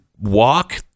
walk